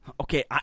Okay